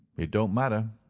it don't matter.